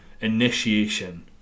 initiation